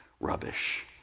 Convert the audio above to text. rubbish